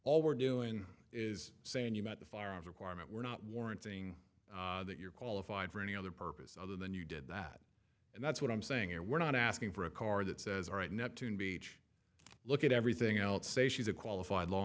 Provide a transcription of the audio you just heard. all we're doing is saying you met the fire of requirement we're not warranting that you're qualified for any other purpose other than you did that and that's what i'm saying here we're not asking for a car that says right neptune beach look at everything else say she's a qualified law